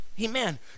Amen